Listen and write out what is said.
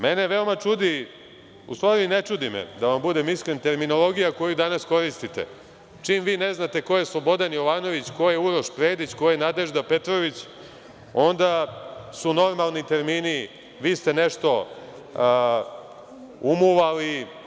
Mene veoma čudi, u stvari i ne čudi me, da vam budem iskren, terminologija koju danas koristite, čim vi ne znate ko je Slobodan Jovanović, Uroš Predić, ko je Nadežda Petrović, onda su normalni termini – vi ste nešto umuvali.